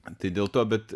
tai dėl to bet